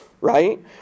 right